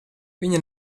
viņa